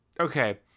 Okay